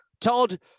Todd